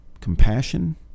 compassion